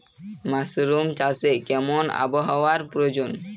Mushroom চাষে কেমন আবহাওয়ার প্রয়োজন?